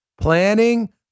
planning